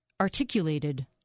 Articulated